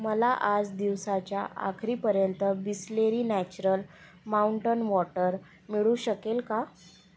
मला आज दिवसाच्या आखरीपर्यंत बिसलेरी नॅचरल माउंटन वॉटर मिळू शकेल का